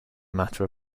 matter